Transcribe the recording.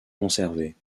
conservées